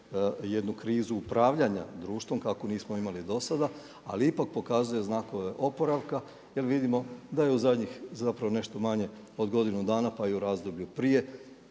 jednu krizu upravljanja društvom kakvu nismo imali do sada. Ali ipak pokazuje znakove oporavka, jer vidimo da je u zadnjih zapravo nešto manje od godinu dana, pa i u razdoblju prije